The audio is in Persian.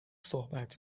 صحبت